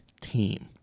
team